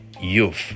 youth